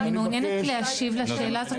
אני מבקש --- אני מעוניינת להשיב לשאלה הזאת,